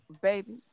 babies